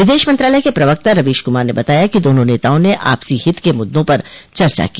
विदेश मंत्रालय के प्रवक्ता रवीश कुमार ने बताया कि दोनों नेताओं ने आपसी हित के मुद्दों पर चर्चा की